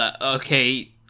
okay